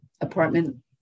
apartment